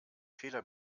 fehler